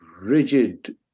rigid